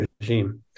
regime